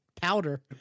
powder